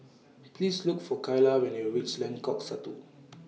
Please Look For Kyla when YOU REACH Lengkok Satu